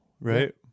right